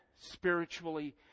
spiritually